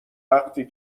وقتی